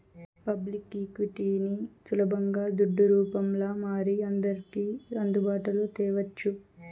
public ఈక్విటీని సులబంగా దుడ్డు రూపంల మారి అందర్కి అందుబాటులో తేవచ్చు